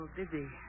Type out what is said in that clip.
busy